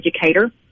educator